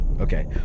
Okay